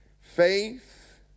Faith